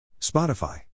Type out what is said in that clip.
Spotify